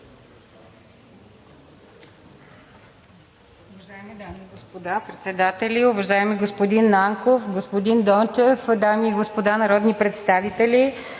Добре.